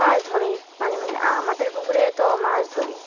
মাছ ধরেই মানে আমাদের পুকুরে তো মাছ ধরি